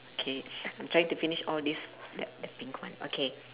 K I'm trying to finish all this that that pink one okay